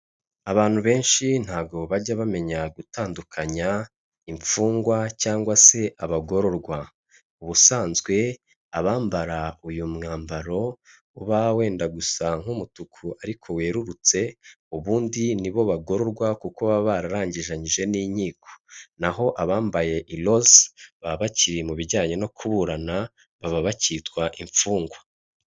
Abantu benshi ntabwo bajya bamenya gutandukanya imfungwa cyangwa se abagororwa. Ubusanzwe abambara uyu mwambaro uba wenda gusa nk'umutuku ariko werurutse, ubundi ni bo bagororwa kuko baba bararangizanyije n'inkiko. Na ho abambaye iroze, baba bakiri mu bijyanye no kuburana baba bakitwa imfungwa.